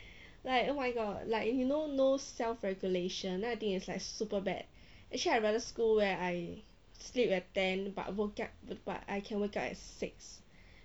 like oh my god like you know no self regulation then I think is like super bad actually I rather school where I sleep at ten but woke up but I can wake up at six